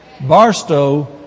Barstow